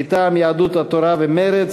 מטעם יהדות התורה ומרצ.